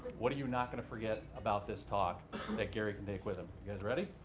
what are you not going to forget about this talk that gary can take with him? you guys ready?